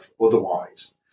otherwise